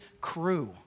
crew